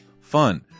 fun